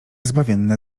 zbawienne